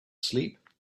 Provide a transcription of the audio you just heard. sleep